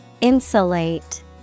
Insulate